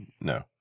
no